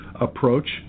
approach